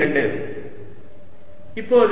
Exxyz14π0qz zx x2y y2z z232 இப்போது